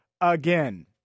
again